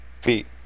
feet